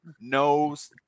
knows